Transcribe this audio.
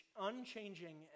unchanging